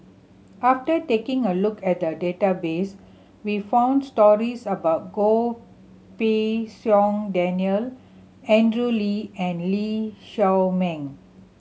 after taking a look at the database we found stories about Goh Pei Siong Daniel Andrew Lee and Lee Shao Meng